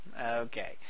Okay